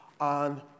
on